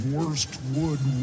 Worstwood